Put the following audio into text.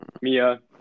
Mia